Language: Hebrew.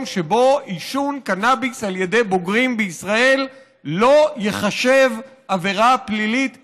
שבו עישון קנאביס על ידי בוגרים בישראל לא ייחשב עבירה פלילית בכלל,